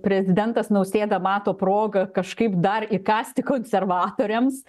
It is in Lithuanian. prezidentas nausėda mato progą kažkaip dar įkąsti konservatoriams